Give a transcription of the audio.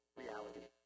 reality